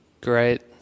great